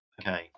okay